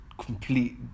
complete